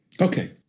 okay